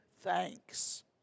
thanks